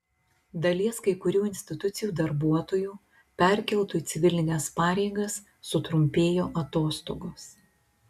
dalies kai kurių institucijų darbuotojų perkeltų į civilines pareigas sutrumpėjo atostogos